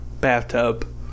bathtub